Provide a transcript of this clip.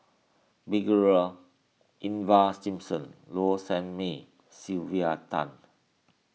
Ivan Simson Low Sanmay Sylvia Tan